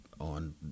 on